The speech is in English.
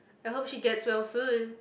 I hope she gets well soon